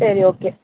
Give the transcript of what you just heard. சரி ஓகே